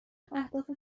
اهداف